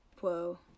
whoa